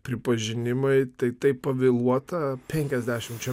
pripažinimai tai taip pavėluota penkiasdešimčia